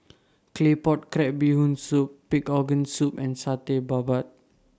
Claypot Crab Bee Hoon Soup Pig'S Organ Soup and Satay Babat